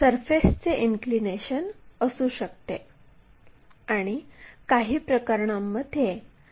तर c या बिंदूचे स्थान निश्चित करा